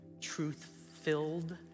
truth-filled